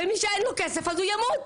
ומי שאין לו כסף אז הוא ימות.